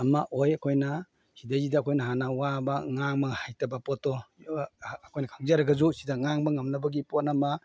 ꯑꯃ ꯑꯣꯏ ꯑꯩꯈꯣꯏꯅ ꯁꯤꯗꯩꯁꯤꯗ ꯑꯩꯈꯣꯏꯅ ꯍꯥꯟꯅ ꯑꯋꯥꯕ ꯉꯥꯡꯕ ꯍꯩꯇꯕ ꯄꯣꯠꯇꯣ ꯑꯩꯈꯣꯏꯅ ꯈꯪꯖꯔꯒꯁꯨ ꯁꯤꯗ ꯉꯥꯡꯕ ꯉꯝꯅꯕꯒꯤ ꯄꯣꯠ ꯑꯃ